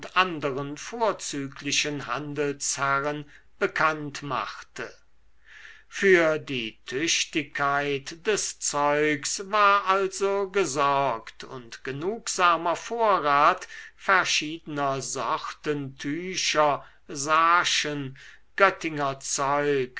anderen vorzüglichen handelsherren bekannt machte für die tüchtigkeit des zeugs war also gesorgt und genugsamer vorrat verschiedener sorten tücher sarschen göttinger zeug